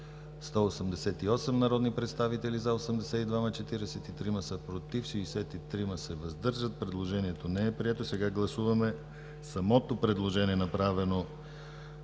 188 народни представители: за 82, против 43, въздържали се 63. Предложението не е прието. Сега гласуваме самото предложение, направено